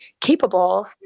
capable